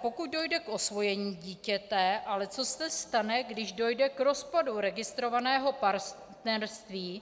pokud dojde k osvojení dítěte, co se stane, když dojde k rozpadu registrovaného partnerství.